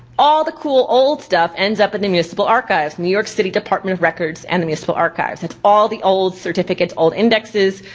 all the cool old stuff ends up in the municipal archives, the new york city department records and the municipal archives, that's all the old certificates, old indexes.